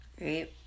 Right